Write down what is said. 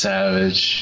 Savage